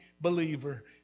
believer